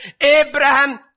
Abraham